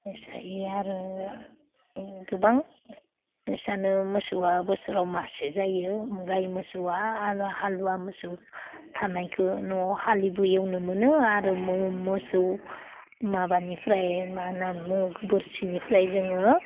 Isaiah आरो इदिनो गोबां इबायसानो मोसौआबो बोसोराव मासे जायो गाय मोसौआ आरो हालुवा मोसौ थानायखो न'आव हालबो एवनो मोनो आरो मोसौ माबानिफ्राय मा होनना बुङो बोरसिनिफ्राय जोङो